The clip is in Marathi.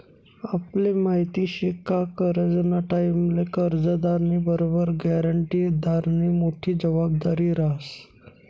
आपले माहिती शे का करजंना टाईमले कर्जदारनी बरोबर ग्यारंटीदारनी मोठी जबाबदारी रहास